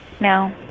No